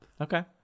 Okay